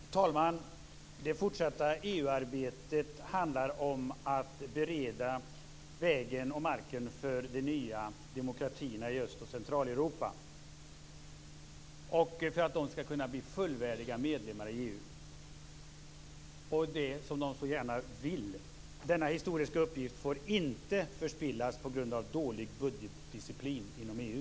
Fru talman! Det fortsatta EU-arbetet handlar om att bereda vägen och marken för de nya demokratierna i Öst och Centraleuropa för att de skall kunna bli fullvärdiga medlemmar i EU, som de så gärna vill. Denna historiska uppgift får inte förspillas på grund av dålig budgetdisciplin inom EU.